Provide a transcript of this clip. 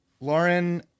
Lauren